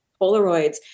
Polaroids